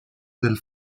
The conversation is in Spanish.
del